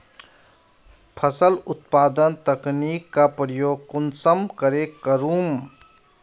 फसल उत्पादन तकनीक का प्रयोग कुंसम करे करूम?